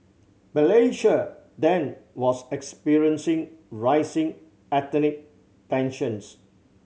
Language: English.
Malaysia then was experiencing rising ethnic tensions